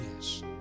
yes